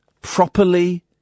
properly